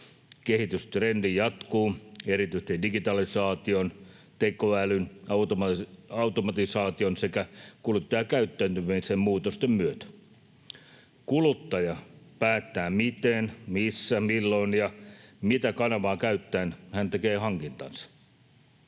Kehitystrendi jatkuu, erityisesti digitalisaation, tekoälyn, automatisaation sekä kuluttajakäyttäytymisen muutosten myötä. Kuluttaja päättää, miten, missä, milloin ja mitä kanavaa käyttäen hän tekee hankintansa.